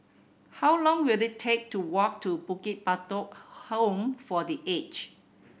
how long will it take to walk to Bukit Batok Home for The Aged